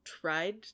Tried